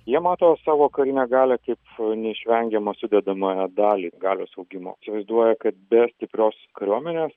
jie mato savo karinę galią kaip neišvengiamą sudedamąją dalį galios augimo įsivaizduoja kad be stiprios kariuomenės